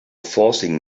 forcing